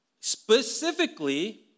specifically